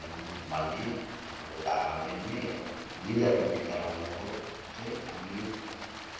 भन्नु भन्ने हाम्रो धारणाले नै हो निधारमा टिका लाउनुको चाहिँ हामी